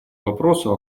вопросу